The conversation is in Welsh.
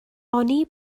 oni